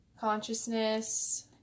consciousness